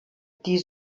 die